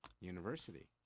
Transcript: University